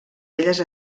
elles